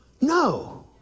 No